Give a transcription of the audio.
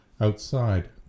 outside